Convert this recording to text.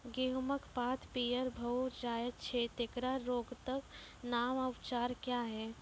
गेहूँमक पात पीअर भअ जायत छै, तेकरा रोगऽक नाम आ उपचार क्या है?